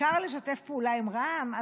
העיקר לשתף פעולה עם רע"מ?